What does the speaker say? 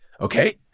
Okay